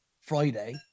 friday